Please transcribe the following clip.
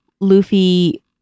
Luffy